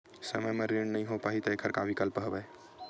समय म ऋण नइ हो पाहि त एखर का विकल्प हवय?